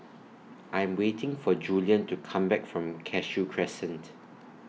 I Am waiting For Julian to Come Back from Cashew Crescent